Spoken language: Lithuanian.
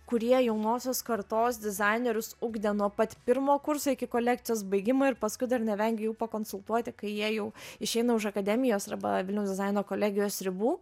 kurie jaunosios kartos dizainerius ugdė nuo pat pirmo kurso iki kolekcijos baigimo ir paskui dar nevengė jų pakonsultuoti kai jie jau išeina už akademijos arba vilniaus dizaino kolegijos ribų